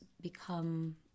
become